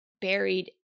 buried